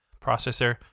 processor